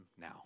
now